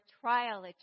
trial